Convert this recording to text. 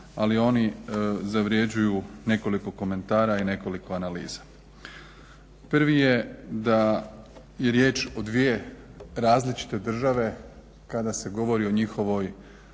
ali oni zavrjeđuju nekoliko komentara i nekoliko analiza. Prvi je da je riječ o dvije različite države kada se govori o njihovoj